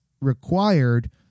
required